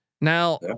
now